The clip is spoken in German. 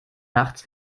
nachts